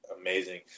amazing